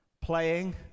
playing